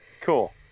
cool